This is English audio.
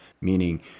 meaning